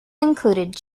included